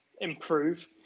improve